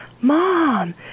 Mom